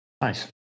Nice